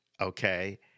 okay